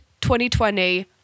2020